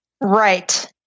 right